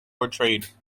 portrayed